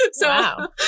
Wow